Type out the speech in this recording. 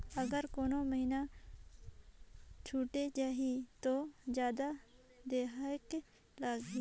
अगर कोनो महीना छुटे जाही तो जादा देहेक लगही?